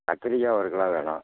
கத்திரிக்காய் ஒரு கிலோ வேணும்